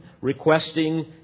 requesting